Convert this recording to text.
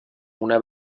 una